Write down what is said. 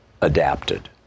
adapted